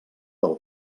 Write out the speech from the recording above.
del